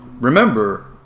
remember